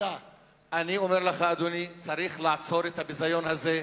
אני אומר לך, אדוני, צריך לעצור את הביזיון הזה.